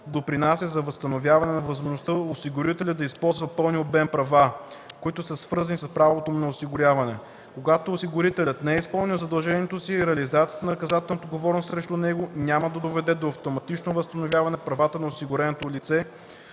допринася за възстановяване на възможността осигуреният да си използва пълния обем права, които са свързани с правото му на осигуряване. Когато осигурителят не е изпълнил задължението си, реализацията на наказателната отговорност срещу него няма да доведе до автоматично възстановяване на правата на осигуреното лице.